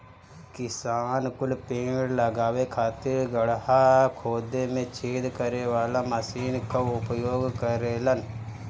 किसान कुल पेड़ लगावे खातिर गड़हा खोदे में छेद करे वाला मशीन कअ उपयोग करेलन